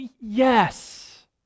Yes